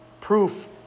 proof